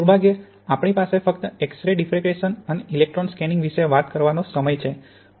દુર્ભાગ્યે આપણી પાસે ફક્ત એક્સ રે ડિફરક્શન અને ઇલેક્ટ્રોન સ્કેનીંગ વિશે વાત કરવાનો સમય છે